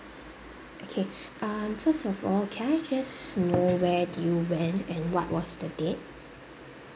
okay um first of all can I just know where do you went and what was the date